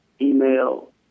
email